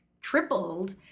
tripled